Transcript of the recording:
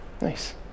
Nice